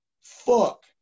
fuck